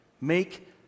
Make